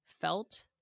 felt